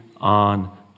on